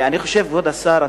כבוד השר,